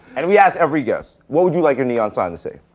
and we ask every guest, what would you like your neon sign to say?